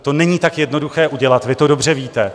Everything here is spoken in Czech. To není tak jednoduché udělat, vy to dobře víte.